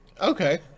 Okay